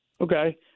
Okay